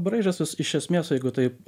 braižas is iš esmės jeigu taip